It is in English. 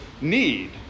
need